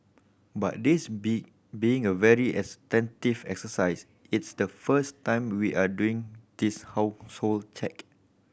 but this be being a very extensive exercise it's the first time we are doing this household check